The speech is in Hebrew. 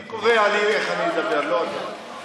אני קובע לי איך אני אדבר, לא אתה.